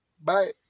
bye